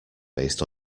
based